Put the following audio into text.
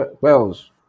Wells